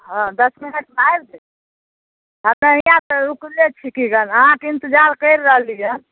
हँ दस मिनटमे आएब हँ तऽ हिआँ रुकले छी कि गऽ अहाँके इन्तजार करि रहलिए